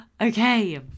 okay